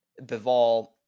Bival